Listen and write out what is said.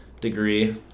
degree